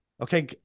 okay